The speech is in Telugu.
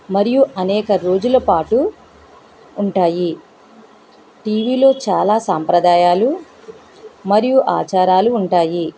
మరియు అనేక రోజులపాటు ఉంటాయి దీనిలో చాలా సాంప్రదాయాలు మరియు ఆచారాలు ఉంటాయి